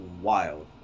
wild